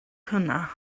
hwnna